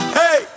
hey